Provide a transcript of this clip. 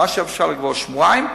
מה שאפשר לגמור בשבועיים,